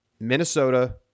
Minnesota